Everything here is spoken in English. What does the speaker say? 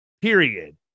Period